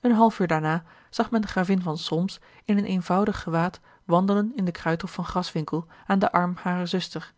een half uur daarna zag men de gravin van solms in een eenvoudig gewaad wandelen in den kruidhof van graswinckel aan den arm harer zuster